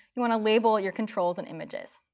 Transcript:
you want to label your controls and images.